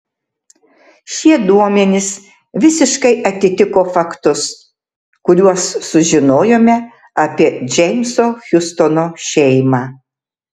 šie duomenys visiškai atitiko faktus kuriuos sužinojome apie džeimso hiustono šeimą